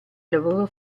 lavoro